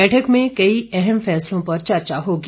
बैठक में कई अहम फैसलों पर चर्चा होगी